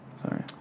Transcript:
Sorry